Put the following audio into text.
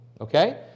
okay